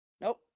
Nope